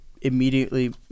immediately